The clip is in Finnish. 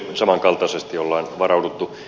samankaltaisesti on varauduttu